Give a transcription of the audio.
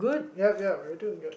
yep yep we're too good